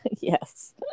Yes